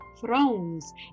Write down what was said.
thrones